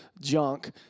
junk